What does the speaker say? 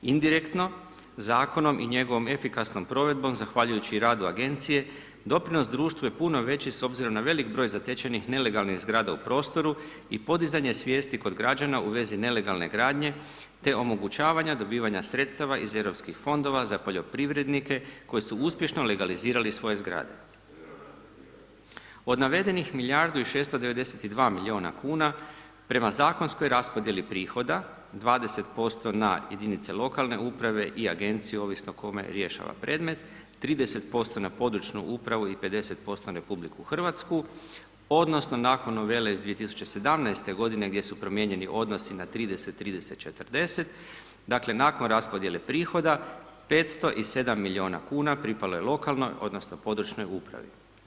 Indirektno zakonom i njegovom efikasnom provedbom zahvaljujući radu agencije doprinos društvu je puno veći s obzirom na velik broj zatečenih nelegalnih zgrada u prostoru i podizanje svijesti kod građana u vezi nelegalne gradnje te omogućavanja dobivanja sredstava iz EU fondova za poljoprivrednike koji su uspješno legalizirali svoje zgrade Od navedenih milijardu i 692 milijuna kuna prema zakonskoj raspodjeli prihoda 20% na jedinice lokalne uprave i agenciju ovisno kome rješava predmet 30% na područnu upravu i 50% RH odnosno nakon novele iz 2017. godine gdje su promijenjeni odnosi na 30:30:40, dakle nakon raspodjele prihoda 507 milijuna kuna pripalo je lokalnoj odnosno područnoj upravi.